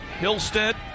Hillstead